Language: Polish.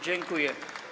Dziękuję.